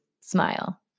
smile